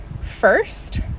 first